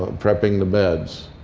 ah prepping the beds.